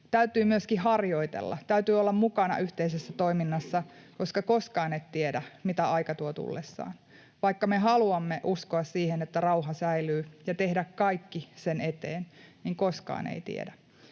täytyy myöskin harjoitella, täytyy olla mukana yhteisessä toiminnassa, koska koskaan et tiedä, mitä aika tuo tullessaan. Vaikka me haluamme uskoa siihen, että rauha säilyy, ja tehdä kaiken sen eteen, niin koskaan ei tiedä,